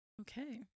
Okay